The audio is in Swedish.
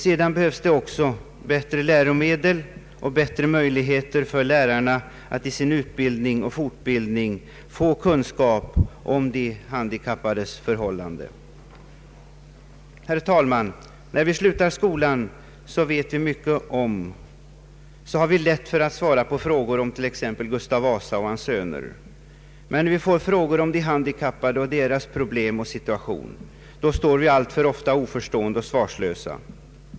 Det behövs också bättre läromedel och bättre möjligheter för lärarna att i sin utbildning och fortbildning få kunskap om de handikappades förhållanden. Herr talman! När vi slutar skolan har vi lätt för att svara på frågor om t.ex. Gustav Vasa och hans söner, men får vi frågor om de handikappade och deras situation, då står vi alltför ofta oförstående och svarslösa.